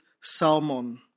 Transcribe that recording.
Salmon